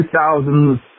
2000s